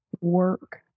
work